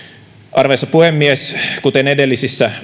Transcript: arvoisa puhemies kuten edellisistä